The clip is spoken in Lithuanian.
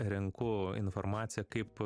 renku informaciją kaip